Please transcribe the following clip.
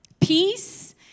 peace